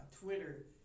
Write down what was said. Twitter